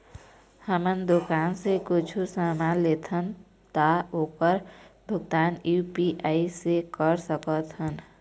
हमन दुकान से कुछू समान लेथन ता ओकर भुगतान यू.पी.आई से कर सकथन?